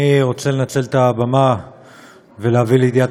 אני רוצה לנצל את הבמה ולהביא לידיעת